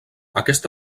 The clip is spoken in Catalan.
aquest